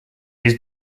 his